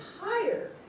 higher